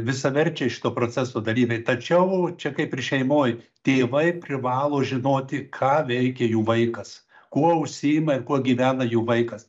visaverčiai šito proceso dalyviai tačiau čia kaip ir šeimoj tėvai privalo žinoti ką veikia jų vaikas kuo užsiima ir kuo gyvena jų vaikas